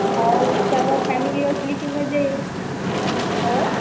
हो सर्व फॅमिली असली की मजा येईल हो